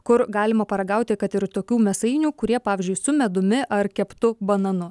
kur galima paragauti kad ir tokių mėsainių kurie pavyzdžiui su medumi ar keptu bananu